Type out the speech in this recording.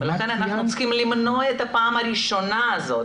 לכן אנחנו צריכים למנוע את הפעם הראשונה הזאת.